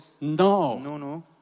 No